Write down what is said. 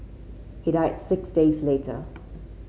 he died six days later